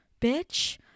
bitch